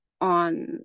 on